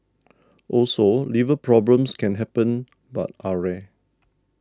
also liver problems can happen but are rare